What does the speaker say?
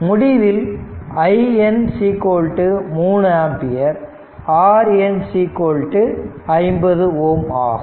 முடிவில் IN 3 ampere RN 50 Ω ஆகும்